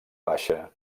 baixa